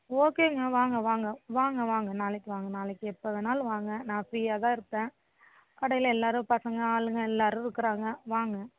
ஓகேங்க வாங்க வாங்க வாங்க வாங்க நாளைக்கு வாங்க நாளைக்கு எப்போ வேணுனாலும் வாங்க நான் ஃப்ரீயாக தான் இருப்பேன் கடையில் எல்லோரும் பசங்கள் ஆளுங்கள் எல்லோரும் இருக்கிறாங்க வாங்க